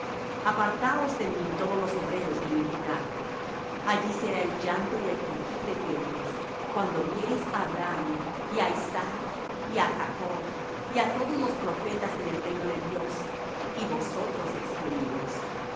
apartaos de mí todos los obreros de iniquidad allí será el llanto y el crujir de dientes cuando viereis á abraham y á isaac y á jacob y á todos los profetas en el reino de dios y vosotros excluídos